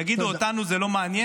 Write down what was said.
יגידו: אותנו זה לא מעניין,